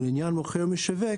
ולעניין מוכר או משווק,